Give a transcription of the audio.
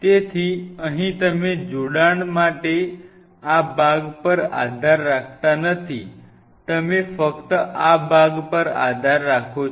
તેથી અહીં તમે જોડાણ માટે આ ભાગ પર આધાર રાખતા નથી તમે ફક્ત આ ભાગ પર આધાર રાખો છો